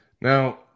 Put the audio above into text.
Now